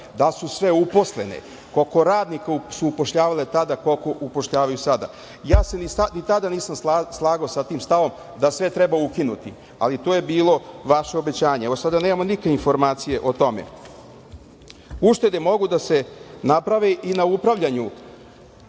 li su sve uposlene? Koliko radnika su upošljavanje tada, koliko upošljavaju sada? Ja se ni tada nisam slagao sa tim stavom da sve treba ukinuti, ali to je bilo vaše obećanje. Evo sada nemamo nigde informacije o tome. Uštede mogu da se naprave i na upravljanju